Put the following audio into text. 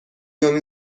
امین